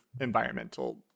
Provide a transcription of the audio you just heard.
environmental